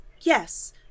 Yes